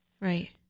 Right